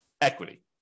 equity